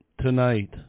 Tonight